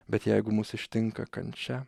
bet jeigu mus ištinka kančia